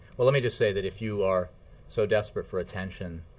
well, let me just say that if you are so desperate for attention